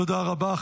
תודה רבה.